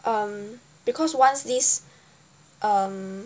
um because once this um